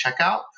checkout